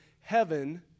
heaven